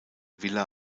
villa